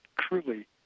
truly